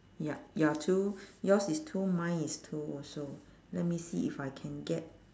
yup you are two yours is two mine is two also let me see if I can get